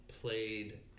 played